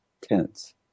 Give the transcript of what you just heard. tense